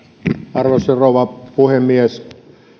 arvoisa rouva puhemies